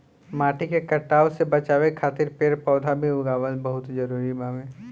माटी के कटाव से बाचावे खातिर पेड़ पौधा भी लगावल बहुत जरुरी बावे